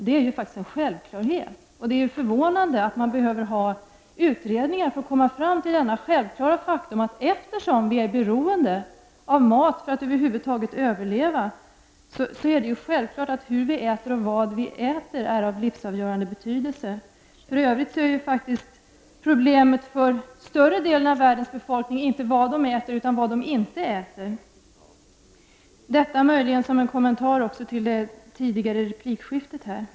Det är förvånande att det behöver göras utredningar för att komma fram till det. Eftersom vi är beroende av mat för att över huvud taget överleva, är det självklart att hur vi äter och vad vi äter är av livsavgörande betydelse. För övrigt är problemet för större delen av världens befolkning inte vad de äter utan vad de inte äter. Detta möjligen sagt också som en kommentar till det tidigare replikskiftet här.